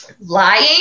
Lying